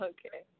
Okay